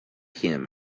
him